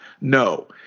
No